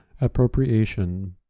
appropriation